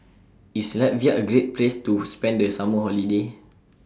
IS Latvia A Great Place to spend The Summer Holiday